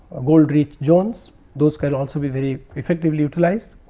ah gold reached zones those can also be very effectively utilized.